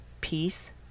peace